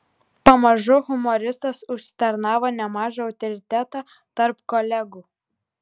pamažu humoristas užsitarnavo nemažą autoritetą tarp kolegų